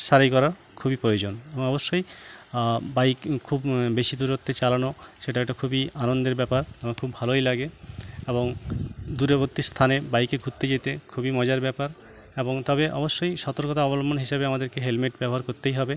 সারাই করা খুবই প্রয়োজন এবং অবশ্যই বাইক খুব বেশি দূরত্বে চালানো সেটা একটা খুবই আনন্দের ব্যাপার খুব ভালোই লাগে এবং দূরবর্তী স্থানে বাইকে ঘুরতে যেতে খুবই মজার ব্যাপার এবং তবে অবশ্যই সতর্কতা অবলম্বন হিসেবে আমাদেরকে হেলমেট ব্যবহার করতেই হবে